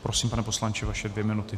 Prosím, pane poslanče, vaše dvě minuty.